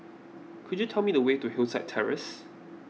could you tell me the way to Hillside Terrace